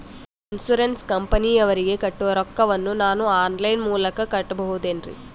Insurance ಕಂಪನಿಯವರಿಗೆ ಕಟ್ಟುವ ರೊಕ್ಕ ವನ್ನು ನಾನು ಆನ್ ಲೈನ್ ಮೂಲಕ ಕಟ್ಟಬಹುದೇನ್ರಿ?